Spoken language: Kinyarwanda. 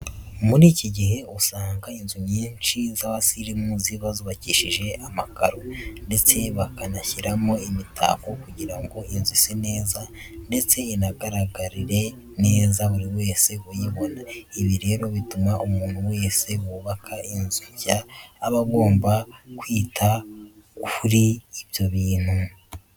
Muri iki gihe usanga inzu nyinshi z'abasirimu ziba zubakishijwe amakaro ndetse bakanashyiramo imitako kugira ngo inzu ise neza ndetse inagaragarire neza buri wese uyibona. Ibi rero bituma umuntu wese wubaka inzu nshya aba agomba kwita kuri ibyo bintu.